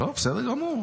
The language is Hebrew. לא, בסדר גמור.